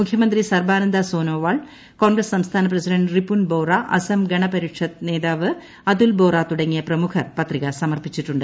മുഖ്യമന്ത്രി സർബാനന്ദ സോനോവാൾ കോൺഗ്രസ് ്സംസ്ഥാന പ്രസിഡന്റ് റിപ്പുൻ ബോറ അസം ഗണപരിഷത്ത് നേതാവ് അതുൽ ബോറ തുടങ്ങിയ പ്രമുഖർ പത്രിക സമർപ്പിച്ചിട്ടുണ്ട്